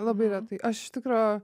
labai retai aš iš tikro